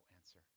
answer